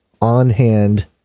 on-hand